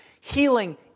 healing